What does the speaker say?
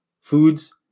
foods